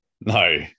No